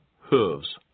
hooves